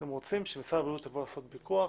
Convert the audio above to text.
אתם רוצים, משרד בריאות יבוא לעשות פיקוח,